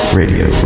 radio